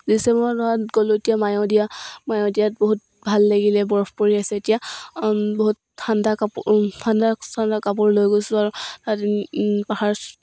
ডিচেম্বৰ নহয় গ'লো এতিয়া মায়'দিয়া মায়'দিয়াত বহুত ভাল লাগিলে বৰফ পৰি আছে এতিয়া বহুত ঠাণ্ডা কাপোৰ ঠাণ্ডা চাণ্ডা কাপোৰ লৈ গৈছোঁ আৰু তাত পাহাৰ